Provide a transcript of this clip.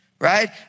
right